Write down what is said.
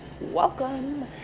Welcome